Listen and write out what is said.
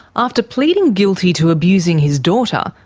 after pleading guilty to abusing his daughter,